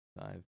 five